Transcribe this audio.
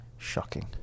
Shocking